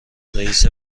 رئیس